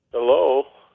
hello?